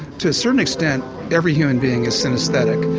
to a certain extent every human being is synaesthetic.